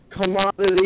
commodity